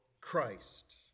Christ